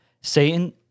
Satan